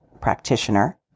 practitioner